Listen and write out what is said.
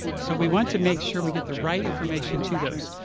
so we want to make sure we get the right information to those.